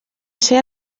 ser